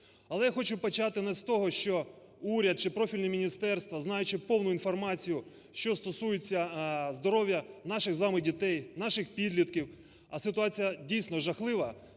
Але я хочу почати не з того, що уряд чи профільні міністерства, знаючи повну інформацію, що стосується здоров'я наших з вами дітей, наших підлітків, а ситуація дійсно жахлива,